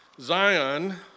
Zion